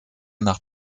nach